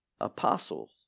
Apostles